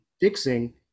fixing